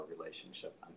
relationship